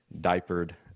diapered